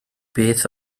beth